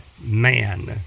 man